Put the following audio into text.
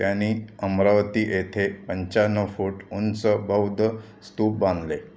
त्यांनी अमरावती येथे पंचाण्णव फूट उंच बौद्ध स्तूप बांधले